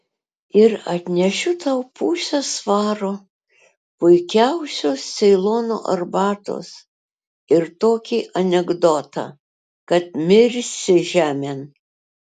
ir atnešiu tau pusę svaro puikiausios ceilono arbatos ir tokį anekdotą kad mirsi žemėn